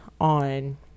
on